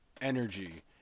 energy